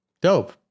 Dope